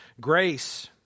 Grace